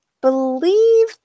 believe